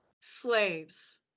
slaves